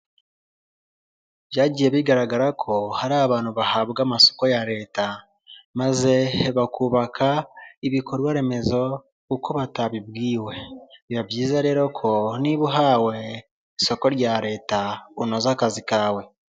Byagiye bigaragara ko hari abantu bahabwa amasoko ya leta maze bakubaka ibikorwa remezo uko batabibwiwe biba byiza rero ko niba uhawe isoko rya leta unoza akazi kawe.